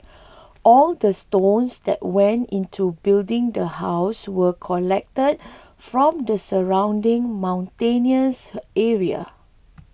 all the stones that went into building the house were collected from the surrounding mountainous area